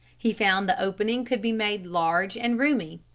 he found the opening could be made large and roomy.